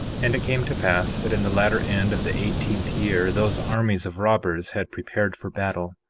and it came to pass that in the latter end of the eighteenth year those armies of robbers had prepared for battle,